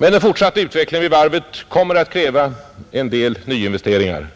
Men den fortsatta utvecklingen vid varvet kommer att kräva en del nya investeringar,